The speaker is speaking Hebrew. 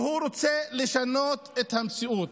והוא רוצה לשנות את המציאות.